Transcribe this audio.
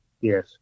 Yes